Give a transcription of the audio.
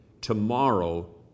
Tomorrow